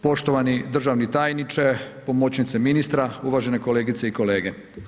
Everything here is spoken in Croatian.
Poštovani državni tajniče, pomoćniče ministra, uvažene kolegice i kolege.